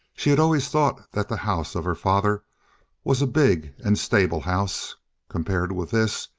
she had always thought that the house of her father was a big and stable house compared with this,